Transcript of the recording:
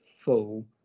full